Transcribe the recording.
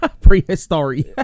Prehistory